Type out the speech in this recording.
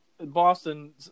Boston